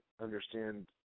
understand